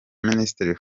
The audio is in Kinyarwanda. minisitiri